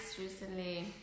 recently